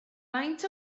faint